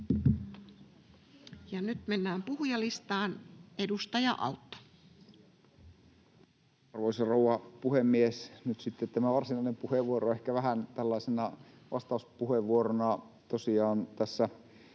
Nyt mennään puhujalistaan. — Edustaja Autto. Arvoisa rouva puhemies! Nyt sitten tämä varsinainen puheenvuoro, ehkä vähän tällaisena vastauspuheenvuorona. Tosiaan tässä